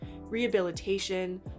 rehabilitation